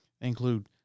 include